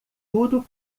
tudo